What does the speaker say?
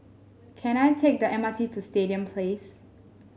can I take the M R T to Stadium Place